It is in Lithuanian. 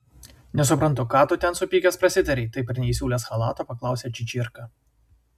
nesuprantu ką tu ten supykęs prasitarei taip ir neįsiūlęs chalato paklausė čičirka